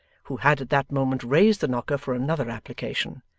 who had at that moment raised the knocker for another application,